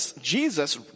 Jesus